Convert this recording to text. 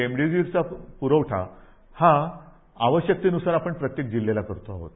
रेमडिसीवरचा पुरवठा हा आवश्यकतेनुसार आपण प्रत्येक जिल्ह्याला करतो आहोत